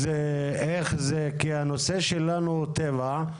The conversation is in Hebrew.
כי הנושא שלנו הוא טבע.